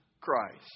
Christ